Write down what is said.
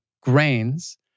grains